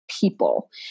people